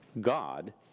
God